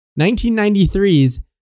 1993's